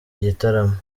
gitaramo